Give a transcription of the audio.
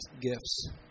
gifts